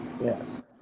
Yes